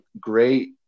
great